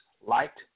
Liked